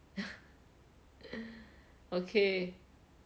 okay